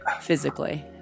physically